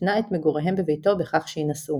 התנה את מגוריהם בביתו בכך שיינשאו.